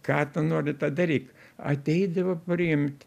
ką tu nori tą daryk ateidavo priimt